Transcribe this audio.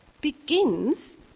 begins